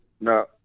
no